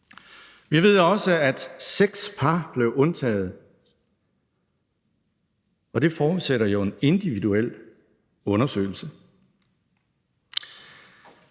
Vi ved også, at seks par blev undtaget, og det forudsætter jo en individuel undersøgelse.